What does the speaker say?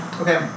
Okay